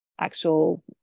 actual